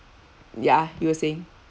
ya you were saying